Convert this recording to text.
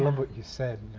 like you said,